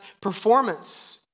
performance